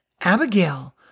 Abigail